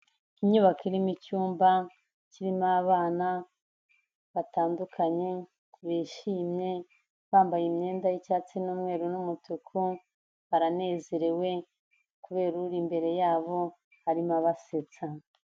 Inyubako irimo icyumba kirimo abana batandukanye, bishimye, bambaye imyenda y'icyatsi, n'umweru, n'umutuku. Baranezerewe kubera uri imbere yabo arimo abasetsa.